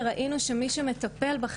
נשארות עם זה מאוד לבד,